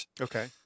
okay